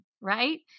right